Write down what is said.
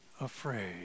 afraid